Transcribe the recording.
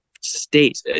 state